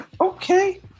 okay